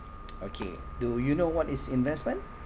okay do you know what is investment